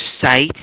site